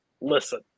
Listen